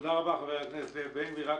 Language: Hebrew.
תודה רבה, חבר הכנסת בן גביר.